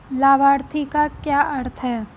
लाभार्थी का क्या अर्थ है?